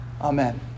Amen